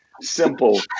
simple